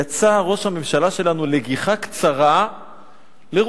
יצא ראש הממשלה שלנו לגיחה קצרה לרוסיה.